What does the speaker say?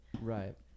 Right